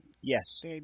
yes